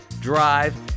drive